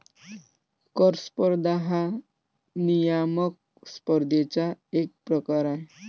कर स्पर्धा हा नियामक स्पर्धेचा एक प्रकार आहे